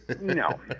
No